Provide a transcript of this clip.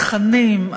התכנים,